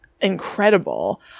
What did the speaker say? incredible